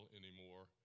anymore